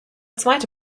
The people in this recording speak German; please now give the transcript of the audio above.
zweite